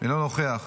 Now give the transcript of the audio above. אינו נוכח,